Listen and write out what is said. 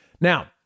Now